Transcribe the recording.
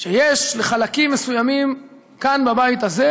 שיש לחלקים מסוימים כאן בבית הזה